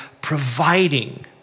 providing